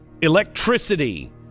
Electricity